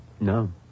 No